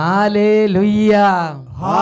Hallelujah